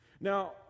Now